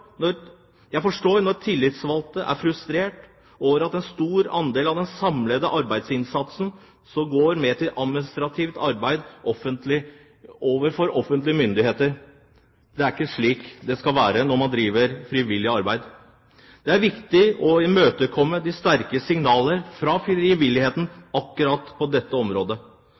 forstår når tillitsvalgte er frustrerte over at en stor andel av den samlede arbeidsinnsatsen går med til administrativt arbeid overfor offentlige myndigheter. Det er ikke slik det skal være når man driver frivillig arbeid. Det er viktig å imøtekomme de sterke signalene fra frivilligheten akkurat på dette området.